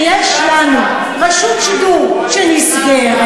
שיש לנו רשות שידור שנסגרת,